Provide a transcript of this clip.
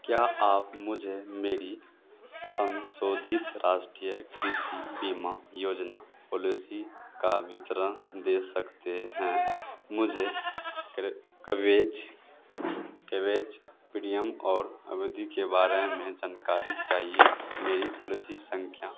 क्या आप मुझे मेरी संशोधित राष्ट्रीय कृषि बीमा योजना पॉलिसी का वितरण दे सकते हैं मुझे करकवेज केवेज प्रीयम और अवधि के बारे में जानकारी चाहिए मेरी पॉलिसी संख्या